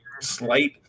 slight